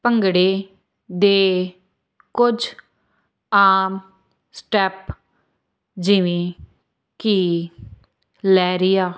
ਭੰਗੜੇ ਦੇ ਕੁਝ ਆਮ ਸਟੈਪ ਜਿਵੇਂ ਕਿ ਲਹਿਰੀਆ